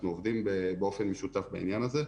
אנחנו עובדים באופן משותף בעניין הזה.